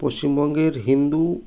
পশ্চিমবঙ্গের হিন্দু